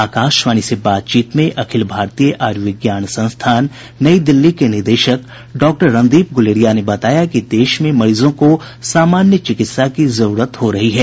आकाश्वाणी से बातचीत में अखिल भारतीय आयुर्विज्ञान संस्थान नई दिल्ली के निदेशक डॉक्टर रणदीप गुलेरिया ने बताया कि देश में मरीजों को सामान्य चिकित्सा की जरूरत हो रही है